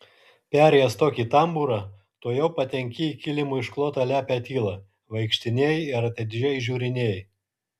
perėjęs tokį tambūrą tuojau patenki į kilimu išklotą lepią tylą vaikštinėji ir atidžiai žiūrinėji